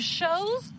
shows